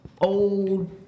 Old